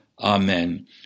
Amen